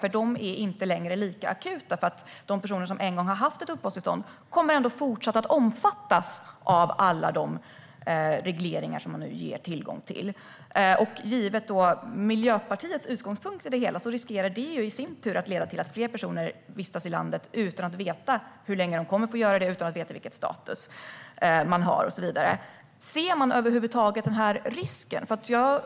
De blir ju inte längre lika akuta eftersom de som en gång har haft ett uppehållstillstånd kommer att fortsätta att omfattas av alla de regleringar som man nu ger tillgång till. Givet Miljöpartiets utgångspunkt riskerar det i sin tur att leda till att fler personer vistas i landet utan att veta hur länge de kommer att få göra det och utan att veta vilken status de har. Ser ni över huvud taget risken?